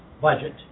budget